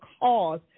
cause